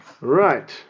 Right